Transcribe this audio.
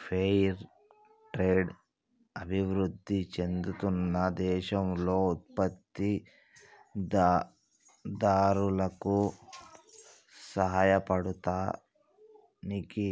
fair trade అభివృధి చెందుతున్న దేశాల్లో ఉత్పత్తి దారులకు సాయపడతానికి